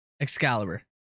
Excalibur